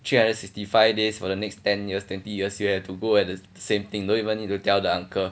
three hundred and sixty five days for the next ten years twenty years you have to go at the same thing don't even need to tell the uncle